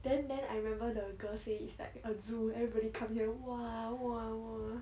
then then I remember the girl say it's like a zoo everybody come here !wah! !wah! !wah!